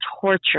torture